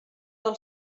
del